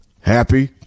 happy